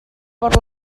per